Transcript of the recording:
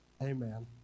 Amen